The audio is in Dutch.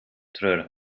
treurig